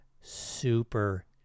super